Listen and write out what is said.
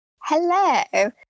Hello